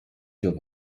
hier